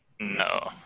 No